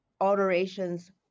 alterations